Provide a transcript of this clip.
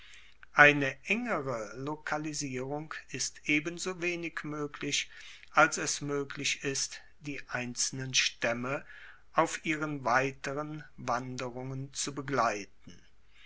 eine engere lokalisierung ist ebensowenig moeglich als es moeglich ist die einzelnen staemme auf ihren weiteren wanderungen zu begleiten